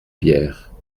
bière